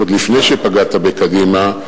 עוד לפני שפגעת בקדימה,